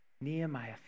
Nehemiah